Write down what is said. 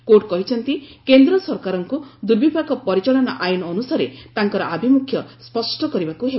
court କହିଛନ୍ତି କେନ୍ଦ୍ର ସରକାରଙ୍କୁ ଦୁର୍ବପାକ ପରିଚାଳନା ଆଇନ ଅନୁସାରେ ତାଙ୍କର ଆଭିମୁଖ୍ୟ ସ୍ୱଷ୍ଟ କରିବାକୁ ହେବ